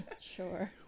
sure